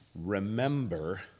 Remember